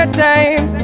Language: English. time